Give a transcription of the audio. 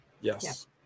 Yes